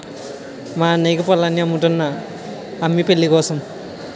మా అన్నయ్యకు పొలాన్ని అమ్ముతున్నా అమ్మి పెళ్ళికోసం